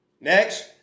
Next